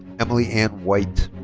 emily ann white.